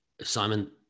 Simon